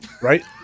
Right